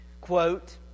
quote